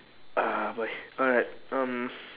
uh boy alright um